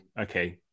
okay